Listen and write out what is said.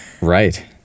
Right